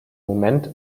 moment